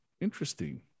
Interesting